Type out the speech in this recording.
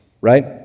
right